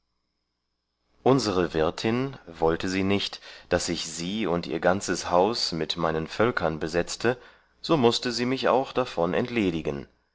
unsere wirtin wollte sie nicht daß ich sie und ihr ganzes haus mit meinen völkern besetzte so mußte sie mich auch davon entledigen